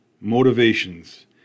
Motivations